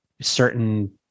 certain